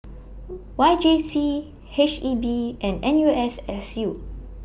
Y J C H E B and N U S S U